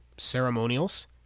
Ceremonials